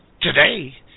Today